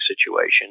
situation